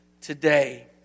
today